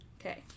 Okay